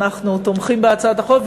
אנחנו תומכים בהצעת החוק,